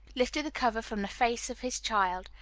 lifted the cover from the face of his child,